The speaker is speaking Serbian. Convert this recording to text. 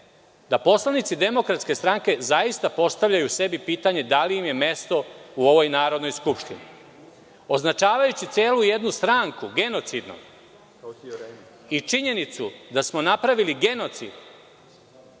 da poslanici DS zaista postavljaju sebi pitanje da li im je mesto u ovoj Narodnoj skupštini, označavajući celu jednu stranku genocidnom i činjenicu da smo napravili genocid.